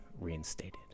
reinstated